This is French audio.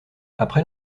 après